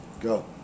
Go